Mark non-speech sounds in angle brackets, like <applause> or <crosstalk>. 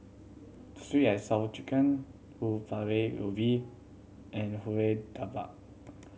Sweet And Sour Chicken <unintelligible> ubi and kuih dabar